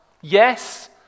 Yes